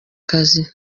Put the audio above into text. kazi